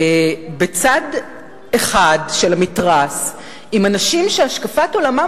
בצד אחד של המתרס עם אנשים שהשקפת עולמם